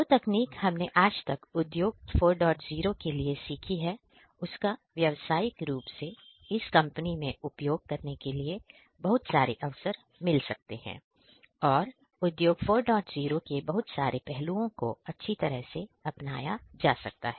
जो तकनीक हमने आज तक उद्योग 40 के लिए सीखी है उसका व्यावसायिक रूप से इस कंपनी में उपयोग करने के लिए बहुत सारे अवसर मिल सकते हैं और उद्योग 40 के बहुत सारे पहलुओं को अच्छी तरह से अपनाया जा सकता है